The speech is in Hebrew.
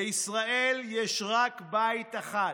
לישראל יש רק בית אחד,